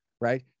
right